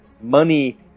money